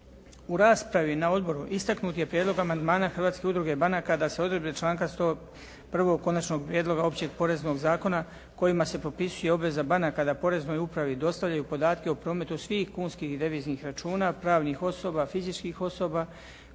U raspravi na odboru istaknut je prijedlog amandmana Hrvatske udruge banaka da se odredbe članka 101. Konačnog prijedloga Općeg poreznog zakona kojima se propisuje obveza banaka da poreznoj upravi dostavljaju podatke o prometi svih kunskih i deviznih računa pravnih osoba, fizičkih osoba